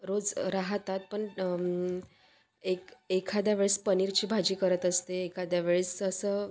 रोज राहतात पण एक एखाद्या वेळेस पनीरची भाजी करत असते एखाद्या वेळेस असं